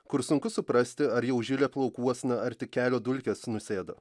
kur sunku suprasti ar jau žilė plaukuosna ar tik kelio dulkės nusėdo